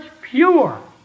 pure